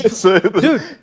Dude